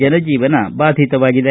ಜನಜೀವನ ಬಾಧಿತವಾಗಿದೆ